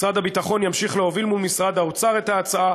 משרד הביטחון ימשיך להוביל מול משרד האוצר את ההצעה